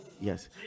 yes